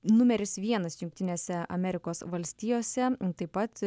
numeris vienas jungtinėse amerikos valstijose taip pat